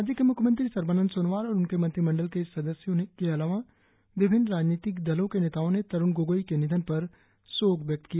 राज्य के म्ख्यमंत्री सरबानंद सोनोवाल और उनके मंत्रिमंडल के सदस्यों के अलावा विभिन्न राजनीतिक दलों के नेताओं ने तरुण गोगोई के निधन पर शोक व्यक्त किया